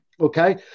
okay